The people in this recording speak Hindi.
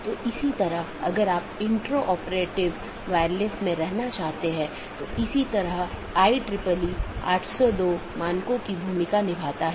जैसे अगर मै कहूं कि पैकेट न 1 को ऑटॉनमस सिस्टम 6 8 9 10 या 6 8 9 12 और उसके बाद गंतव्य स्थान पर पहुँचना चाहिए तो यह ऑटॉनमस सिस्टम का एक क्रमिक सेट है